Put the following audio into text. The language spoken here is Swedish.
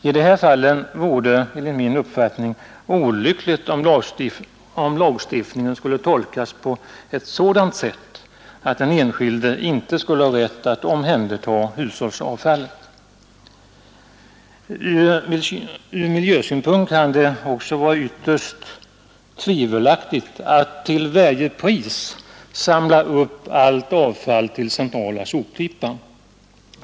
I dessa fall vore det enligt min uppfattning olyckligt om lagstiftningen skulle tolkas på ett sådant sätt att den enskilde inte skulle ha rätt att omhänderta hushållsavfallet. Ur miljösynpunkt är det också tveksamt om man till varje pris skall samla ihop allt avfall till centrala soptippar.